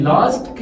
Last